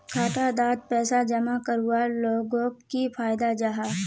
खाता डात पैसा जमा करवार लोगोक की फायदा जाहा?